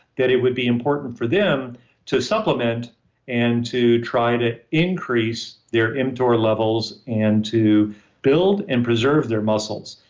that it would be important for them to supplement and to try to increase their mtor levels and to build and preserve their muscles.